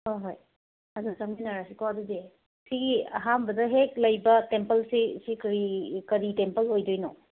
ꯍꯣ ꯍꯣꯏ ꯑꯗꯣ ꯆꯪꯃꯤꯟꯅꯔꯁꯤꯀꯣ ꯑꯗꯨꯗꯤ ꯁꯤꯒꯤ ꯑꯍꯥꯟꯕꯗ ꯍꯦꯛ ꯂꯩꯕ ꯇꯦꯝꯄꯜꯁꯦ ꯁꯤ ꯀꯔꯤ ꯀꯔꯤ ꯇꯦꯝꯄꯜ ꯑꯣꯏꯗꯣꯏꯅꯣ